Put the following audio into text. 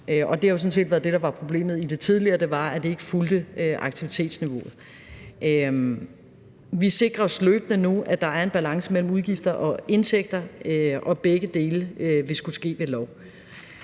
det, der var problemet i det tidligere, nemlig at det ikke fulgte aktivitetsniveauet. Vi sikrer os løbende nu, at der er en balance mellem udgifter og indtægter, og begge dele vil skulle ske